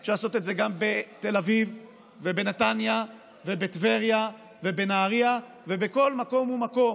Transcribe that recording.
אפשר לעשות את זה גם בתל אביב ובנתניה ובטבריה ובנהריה ובכל מקום ומקום.